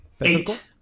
Eight